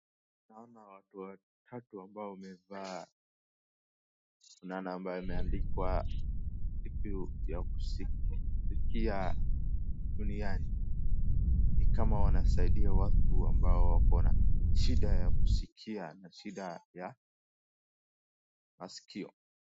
Naona watu watatu ambao wamevaa fulana ambao imeandikwa siku ya kuskia duniani. Ni kama wanasaidia watu ambao wako na shida ya kuskia na shida ya maskio.